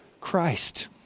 Christ